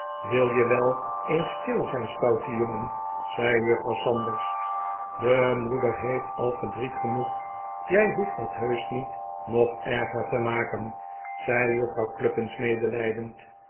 wil je wel eens stil zijn stoute jongen zei juffrouw sanders je moeder heeft al verdriet genoeg jij hoeft dat heusch niet nog erger te maken zei juffrouw cluppins medelijdend